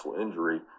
injury